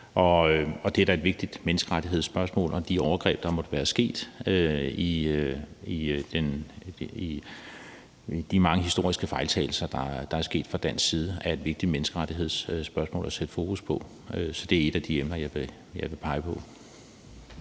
i den udredning, som der kommer til at være. De overgreb, der måtte være sket, og de mange historiske fejltagelser, der er begået fra dansk side, er et vigtigt menneskerettighedsspørgsmål at sætte fokus på. Så det er et af de emner, jeg vil pege på.